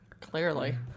Clearly